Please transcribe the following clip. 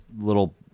little